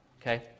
Okay